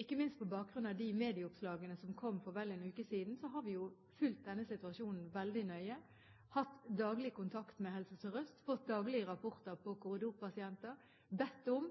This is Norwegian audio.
Ikke minst på bakgrunn av de medieoppslagene som kom for vel en uke siden, har vi fulgt denne situasjonen veldig nøye – hatt daglig kontakt med Helse Sør-Øst, fått daglige rapporter om korridorpasienter, bedt om